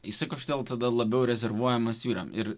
įsikurti o tada labiau rezervuojamas vyrams ir